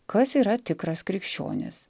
kas yra tikras krikščionis